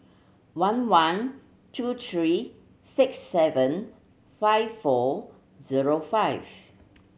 one one two three six seven five four zero five